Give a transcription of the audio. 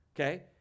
Okay